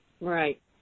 Right